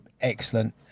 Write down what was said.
excellent